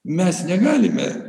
mes negalime